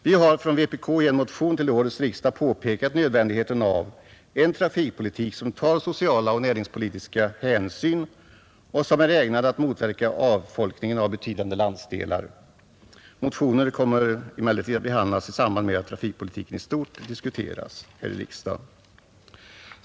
Vi har från vpk i en motion till årets riksdag påpekat nödvändigheten av en trafikpolitik, som tar sociala och näringspolitiska hänsyn och som är ägnad att motverka avfolkningen av betydande landsdelar. Motionen kommer emellertid att behandlas i samband med att trafikpolitiken i stort diskuteras här i riksdagen.